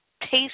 taste